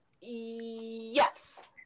Yes